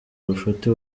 ubushuti